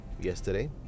yesterday